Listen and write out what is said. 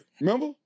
Remember